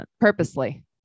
Purposely